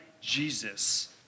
Jesus